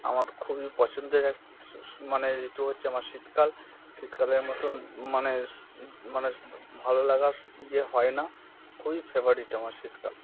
আমার খুবই পছন্দের মানে ঋতু হচ্ছে আমার শীতকাল শীতকালের মতন মানে মানে ভালো লাগার ইয়ে হয় না খুবই ফেভারিট আমার শীতকাল